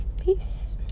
peace